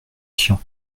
tian